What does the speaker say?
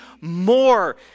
more